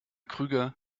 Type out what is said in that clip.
krüger